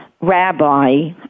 rabbi